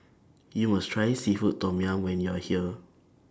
YOU must Try Seafood Tom Yum when YOU Are here